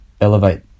elevate